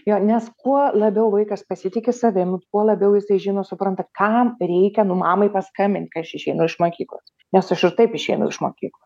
jo nes kuo labiau vaikas pasitiki savim tuo labiau jisai žino supranta kam reikia nu mamai paskambint kai aš išeinu iš mokyklos nes aš ir taip išeinu iš mokyklos